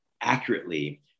accurately